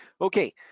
Okay